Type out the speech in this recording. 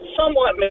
somewhat